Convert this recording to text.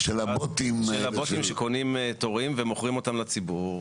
של הבוטים שקונים תורים ומוכרים אותם לציבור.